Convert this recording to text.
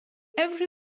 every